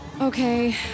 Okay